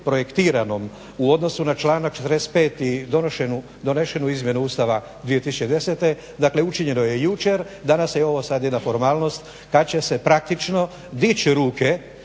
projektiranom u odnosu na članak 45. i donošenu izmjenu Ustava 2010., dakle učinjeno je jučer, danas je ovo sad jedna formalnost kad će se praktično dići ruke